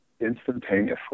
instantaneously